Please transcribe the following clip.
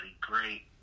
great